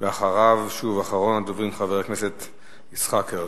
אחריו, שוב, אחרון הדוברים, חבר הכנסת יצחק הרצוג.